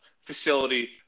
facility